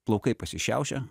plaukai pasišiaušę